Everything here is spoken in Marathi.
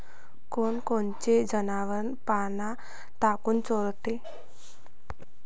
कोनकोनचे जनावरं पाना काऊन चोरते?